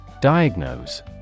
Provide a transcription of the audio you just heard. Diagnose